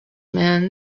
man